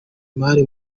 imari